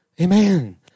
Amen